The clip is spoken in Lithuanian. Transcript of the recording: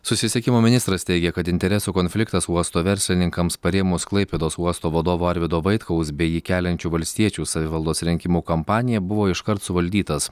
susisiekimo ministras teigia kad interesų konfliktas uosto verslininkams parėmus klaipėdos uosto vadovo arvydo vaitkaus bei jį keliančių valstiečių savivaldos rinkimų kampaniją buvo iškart suvaldytas